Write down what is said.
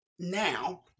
Now